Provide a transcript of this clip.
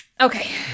Okay